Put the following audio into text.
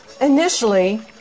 Initially